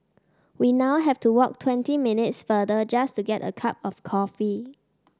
we now have to walk twenty minutes farther just to get a cup of coffee